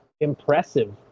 Impressive